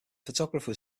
photographer